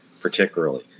particularly